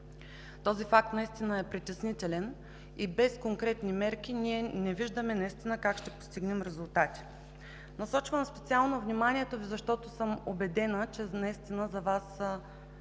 Този факт наистина е притеснителен и без конкретни мерки ние не виждаме как ще постигнем резултати. Насочвам специално вниманието Ви, защото съм убедена, че за Вас това